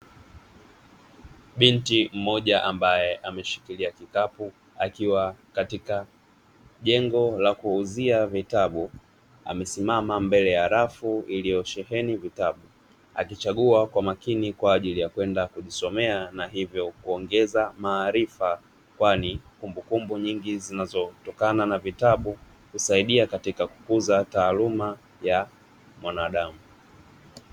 Binti mmoja ambaye ameshikilia kikapu akiwa katika jengo la kuuzia vitabu amesimama mbele ya rafu iliyosheheni vitabu akichagua kwa makini kwa ajili ya kwenda kujisomea na hivyo kuongeza maarifa kwani kumbukumbu nyingi zinazotokana na vitabu husaidia katika kukuza taaluma ya mwanadamu.